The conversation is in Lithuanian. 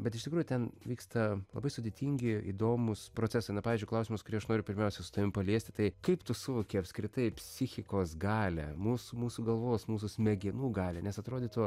bet iš tikrųjų ten vyksta labai sudėtingi įdomūs procesai na pavyzdžiui klausimas kurį aš noriu pirmiausia su tavimi paliesti tai kaip tu suvoki apskritai psichikos galią mūs mūsų galvos mūsų smegenų galią nes atrodytų